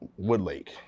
Woodlake